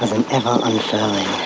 an ever unfurlingnow